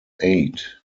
aid